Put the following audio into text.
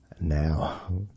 Now